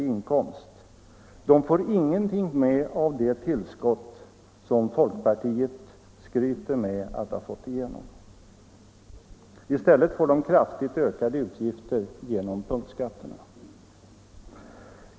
i inkomst får ingenting med av det tillskott som folkpartiet skryter med att ha fått igenom. I stället får de kraftigt utökade utgifter genom punktskatterna.